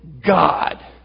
God